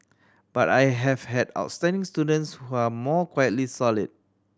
but I have had outstanding students who are more quietly solid